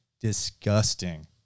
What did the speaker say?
disgusting